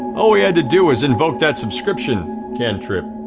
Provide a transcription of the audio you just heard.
all we had to do was invoke that subscription cantrip.